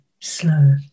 slow